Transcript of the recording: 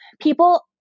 people